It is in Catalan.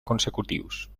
consecutius